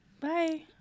bye